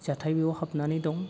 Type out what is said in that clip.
जाथायबो बेयाव हाबनानै दं